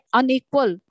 unequal